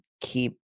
keep